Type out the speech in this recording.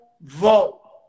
vote